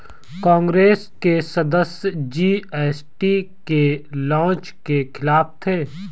कांग्रेस के सदस्य जी.एस.टी के लॉन्च के खिलाफ थे